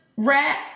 Rat